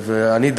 ואני,